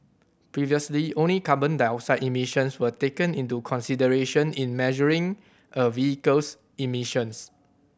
previously only carbon dioxide emissions were taken into consideration in measuring a vehicle's emissions